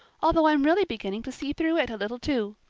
although i'm really beginning to see through it a little, too.